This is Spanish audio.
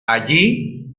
allí